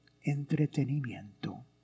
entretenimiento